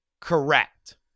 correct